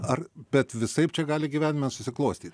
ar bet visaip čia gali gyvenime susiklostyt